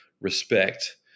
respect